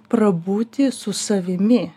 prabūti su savimi